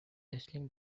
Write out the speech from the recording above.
wrestling